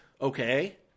okay